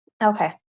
Okay